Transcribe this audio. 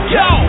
go